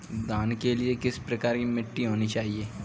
धान के लिए किस प्रकार की मिट्टी होनी चाहिए?